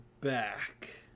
back